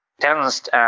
tensed